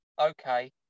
okay